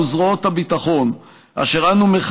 שאותה מגשימים צה"ל וזרועות הביטחון,